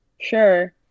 sure